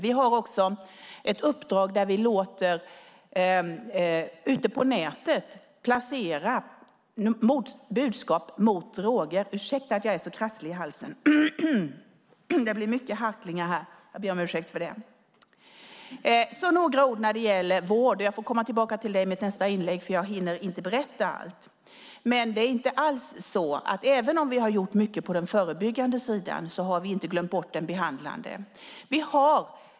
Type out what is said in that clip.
Vi har också ett uppdrag där vi ute på nätet har låtit placera budskap mot droger. Jag vill säga några ord om vård. Jag får komma tillbaka till det i mitt nästa inlägg eftersom jag inte hinner berätta allt nu. Även om vi har gjort mycket på den förebyggande sidan har vi inte glömt bort den behandlande sidan.